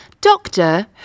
Doctor